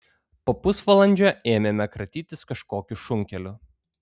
po pusvalandžio ėmėme kratytis kažkokiu šunkeliu